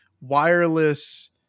wireless